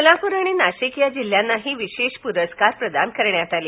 सोलापूर आणि नाशिक या जिल्ह्यानाही विशेष पुरस्कार प्रदान करण्यात आले